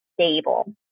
stable